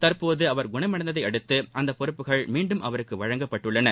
தற்போது அவர் குணமடைந்ததை அடுத்து அந்த பொறுப்புகள் மீண்டும் அவருக்கு வழங்கப்பட்டுள்ளன